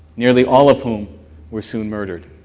nearly all of whom were soon murdered.